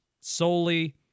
solely